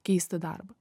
keisti darbą